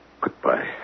Goodbye